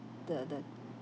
the the